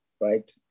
right